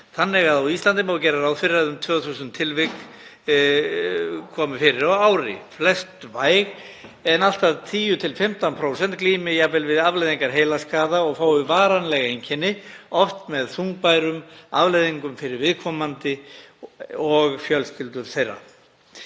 þannig að á Íslandi má gera ráð fyrir að um 2.000 tilvik komi upp á ári, hjá flestum væg en allt að 10–15% glími við afleiðingar heilaskaða og fái jafnvel varanleg einkenni, oft með þungbærum afleiðingum fyrir viðkomandi og fjölskyldur þeirra.